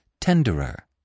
tenderer